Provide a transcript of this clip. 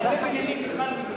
מה זה שייך?